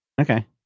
Okay